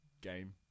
game